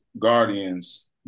Guardians